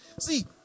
See